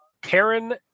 Karen